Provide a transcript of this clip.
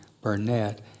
Burnett